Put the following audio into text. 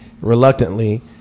reluctantly